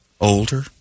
older